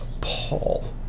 Paul